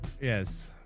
Yes